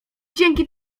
dzięki